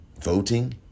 Voting